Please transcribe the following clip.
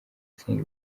asenga